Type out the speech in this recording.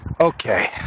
Okay